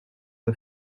the